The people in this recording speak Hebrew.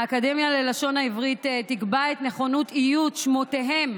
האקדמיה ללשון העברית תקבע את נכונות איות שמותיהם